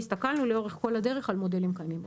הסתכלנו לאורך כל הדרך על מודלים קיימים.